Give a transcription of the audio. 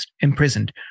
imprisoned